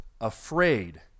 afraid